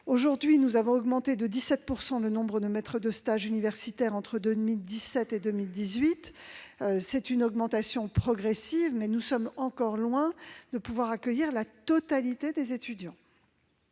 générale. Nous avons augmenté de 17 % le nombre de maîtres de stage universitaires entre 2017 et 2018. C'est une augmentation progressive, mais nous sommes encore loin de pouvoir accueillir la totalité des étudiants.